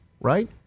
right